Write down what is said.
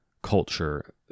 culture